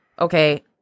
okay